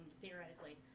theoretically